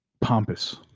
pompous